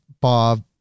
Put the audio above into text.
Bob